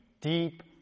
deep